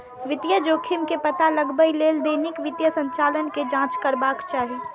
वित्तीय जोखिम के पता लगबै लेल दैनिक वित्तीय संचालन के जांच करबाक चाही